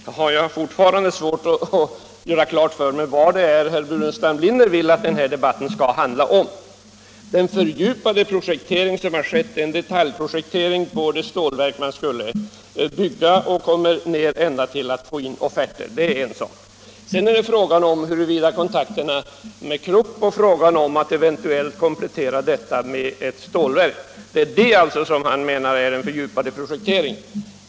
Herr talman! Jag har fortfarande svårt att göra klart för mig vad det är herr Burenstam Linder vill att den här debatten skall handla om. Den fördjupade projektering som har skett är en detaljprojektering för det stålverk man skulle bygga och går ända ned till infordrande av offerter. Det är en sak. Sedan gäller det frågan om kontakterna med Krupp och frågan om att eventuellt komplettera med valsverk. Det är detta som herr Burenstam Linder menar är den fördjupade projekteringen.